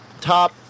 top